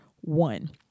one